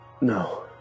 No